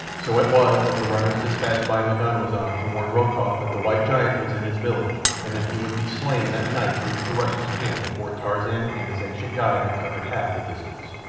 so it was that the runners dispatched by m'ganwazam to warn rokoff that the white giant was in his village and that he would be slain that night reached the russian's camp before tarzan and his ancient guide had covered half the distance.